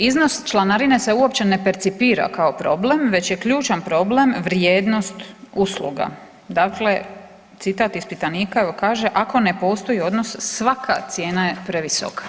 Iznos članarine se uopće ne percipira kao problem, već je ključan problem vrijednost usluga, dakle citat ispitanika evo kaže, „ako ne postoji odnos svaka cijena je previsoka“